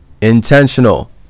intentional